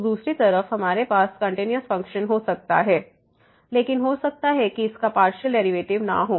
तो दूसरी तरफ हमारे पास कंटिन्यूस फ़ंक्शन हो सकता है लेकिन हो सकता है कि इसका पार्शियल डेरिवेटिव ना हो